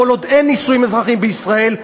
כל עוד אין נישואים אזרחיים בישראל,